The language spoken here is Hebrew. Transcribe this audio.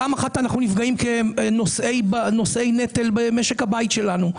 פעם אחת אנחנו נפגעים כנושאי נטל במשק הבית שלנו.